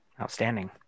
Outstanding